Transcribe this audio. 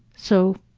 so,